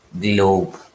globe